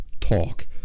talk